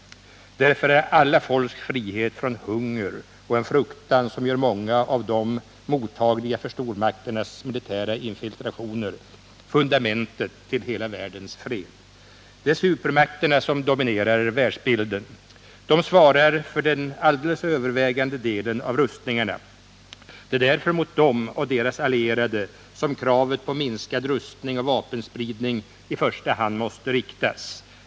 Därför är alla folks frihet från hunger och fruktan, som gör många av dem mottagliga för stormakternas militära infiltrationer, fundamentet till hela världens fred. Det är supermakterna som dominerar världsbilden. De svarar för den alldeles övervägande delen av rustningarna. Det är därför mot dem och deras allierade som kravet på minskad rustning och vapenspridning i första hand måste riktas.